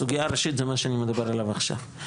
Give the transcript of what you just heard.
הסוגיה הראשית זה מה שאני מדבר עליו עכשיו.